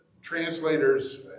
translators